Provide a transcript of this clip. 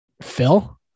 Phil